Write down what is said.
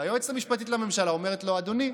והיועצת המשפטית לממשלה אומרת לו: אדוני,